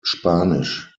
spanisch